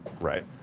Right